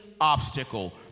obstacle